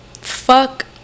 Fuck